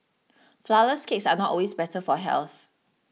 Flourless Cakes are not always better for health